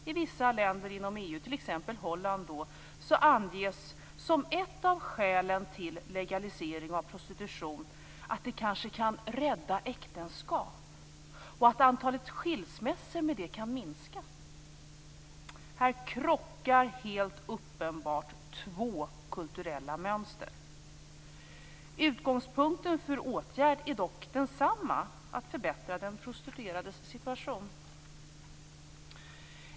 I vissa länder inom EU, t.ex. Holland, anges som ett av skälen till legalisering av prostitution att det kanske kan rädda äktenskap och att antalet skilsmässor därmed kan minska. Här krockar helt uppenbart två kulturella mönster. Utgångspunkten för åtgärd är dock densamma, att förbättra den prostituerades situation.